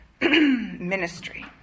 ministry